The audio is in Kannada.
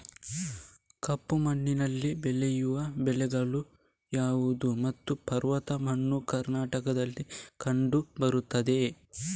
ಕಪ್ಪು ಮಣ್ಣಿನಲ್ಲಿ ಬೆಳೆಯುವ ಬೆಳೆಗಳು ಯಾವುದು ಮತ್ತು ಪರ್ವತ ಮಣ್ಣು ಕರ್ನಾಟಕದಲ್ಲಿ ಕಂಡುಬರುತ್ತದೆಯೇ?